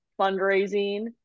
fundraising